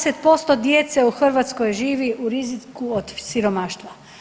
20% djece u Hrvatskoj živi u riziku od siromaštva.